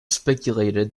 speculated